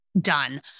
done